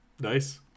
Nice